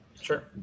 Sure